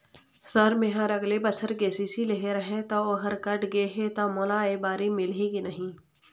Sir मेहर अगले बछर के.सी.सी लेहे रहें ता ओहर कट गे हे ता मोला एबारी मिलही की नहीं?